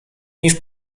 niż